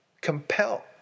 compel